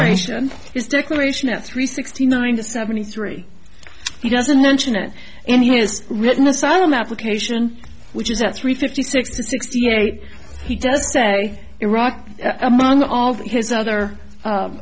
nation his declaration that three sixty nine to seventy three he doesn't mention it and he has written asylum application which is at three fifty six sixty eight he does say iraq among all of his other